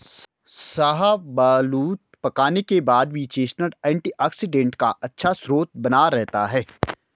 शाहबलूत पकाने के बाद भी चेस्टनट एंटीऑक्सीडेंट का अच्छा स्रोत बना रहता है